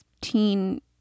teen